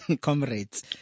Comrades